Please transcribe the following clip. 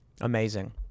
Amazing